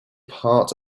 part